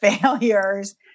failures